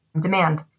demand